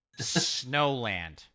Snowland